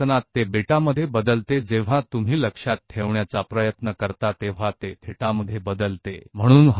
क्या लिखा यह बीटा में बदल जाता है जब आप इसे याद करने की कोशिश कर रहे हैं तो यह थीटा में बदल जाता है